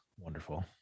wonderful